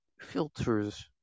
filters